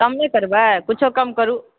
कम नहि करबए किछु कम करु